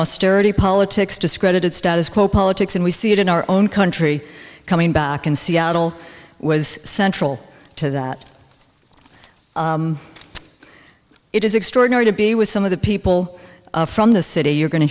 austerity politics discredited status quo politics and we see it in our own country coming back in seattle was central to that it is extraordinary to be with some of the people from the city you're going to